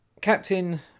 Captain